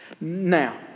Now